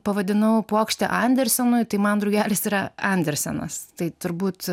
pavadinau puokšte andersenui tai man drugelis yra andersenas tai turbūt